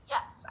Yes